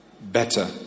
better